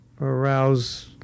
arouse